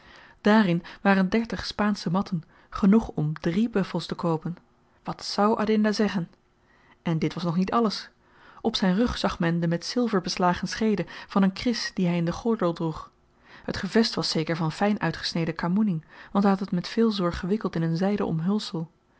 dààrin waren dertig spaansche matten genoeg om drie buffels te koopen wat zou adinda zeggen en dit was nog niet alles op zyn rug zag men de met zilver beslagen scheede van een kris dien hy in den gordel droeg het gevest was zeker van fyn uitgesneden kamoening want hy had het met veel zorg gewikkeld in een zyden omhulsel